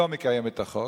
לא מקיים את החוק.